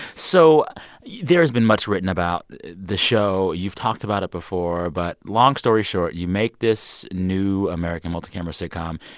so there's been much written about the show. you've talked about it before. but long story short, you make this new american multi-camera sitcom.